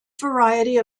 variety